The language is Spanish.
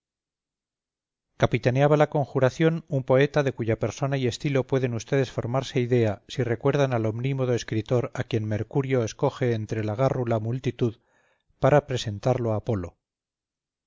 capitaneaba la conjuración un poeta de cuya persona y estilo pueden ustedes formarse idea si recuerdan al omnímodo escritor a quien mercurio escoge entre la gárrula multitud para presentarlo a apolo